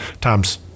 times